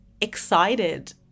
excited